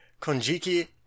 Konjiki